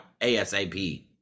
ASAP